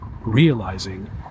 realizing